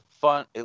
fun